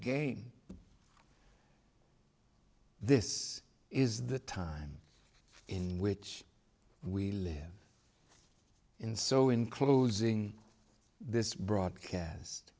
again this is the time in which we live in so in closing this broadcast